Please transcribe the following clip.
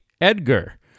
Edgar